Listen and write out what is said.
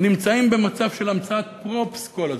נמצאים במצב של המצאת props כל הזמן.